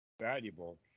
valuable